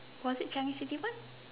was it Chinese city bus